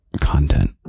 content